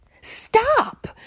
stop